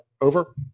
over